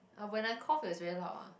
ah when I cough is very loud ah